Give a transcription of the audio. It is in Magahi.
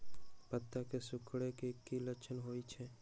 पत्ता के सिकुड़े के की लक्षण होइ छइ?